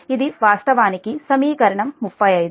ఇది వాస్తవానికి సమీకరణం 35